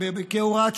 כהוראת שעה.